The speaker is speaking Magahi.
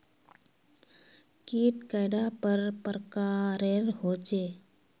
कीट कैडा पर प्रकारेर होचे?